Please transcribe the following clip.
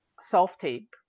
self-tape